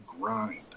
grind